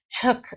took